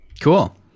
Cool